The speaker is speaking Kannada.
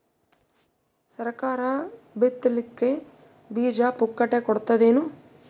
ಸರಕಾರ ಬಿತ್ ಲಿಕ್ಕೆ ಬೀಜ ಪುಕ್ಕಟೆ ಕೊಡತದೇನು?